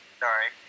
sorry